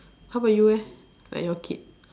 how about you eh like your kid